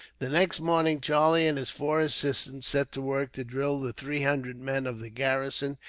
the next morning, charlie and his four assistants set to work to drill the three hundred men of the garrison,